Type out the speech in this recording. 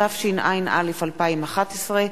התשע"א 2011,